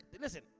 Listen